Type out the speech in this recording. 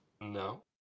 No